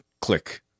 click